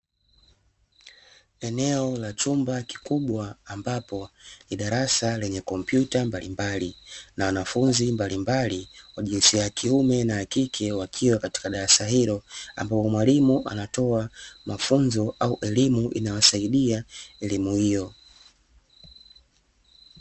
Eneo la chumba kikubwa ambapo ni darasa lenye kompyuta mbalimbali na wanafunzi mbalimbali wa jinsia ya kiume na ya kike wakiwa katika darasa hilo, ambapo mwalimu anatoa mafunzo au elimu inayowasaidia elimu hiyo.